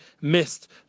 missed